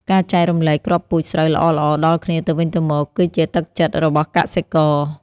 ការចែករំលែកគ្រាប់ពូជស្រូវល្អៗដល់គ្នាទៅវិញទៅមក គឺជាទឹកចិត្តរបស់កសិករ។